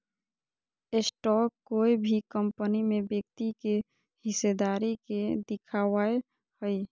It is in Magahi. स्टॉक कोय भी कंपनी में व्यक्ति के हिस्सेदारी के दिखावय हइ